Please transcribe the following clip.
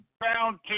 Bounty